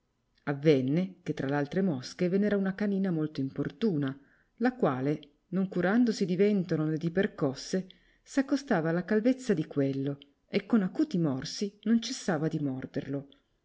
avenne che tra l'altre mosche ve n'era una canina molto importuna la quale non curandosi di ventolo né di percosse s'accostava alla calvezza di quello e con acuti morsi non cessava di morderlo